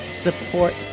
Support